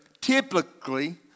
typically